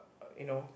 you know